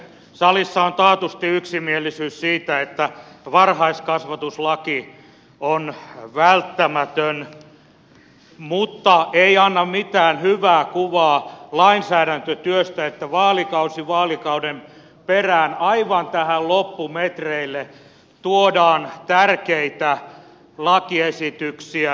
salissa on taatusti yksimielisyys siitä että varhaiskasvatuslaki on välttämätön mutta ei anna mitään hyvää kuvaa lainsäädäntötyöstä että vaalikausi vaalikauden perään aivan tähän loppumetreille tuodaan tärkeitä lakiesityksiä